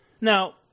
Now